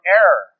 error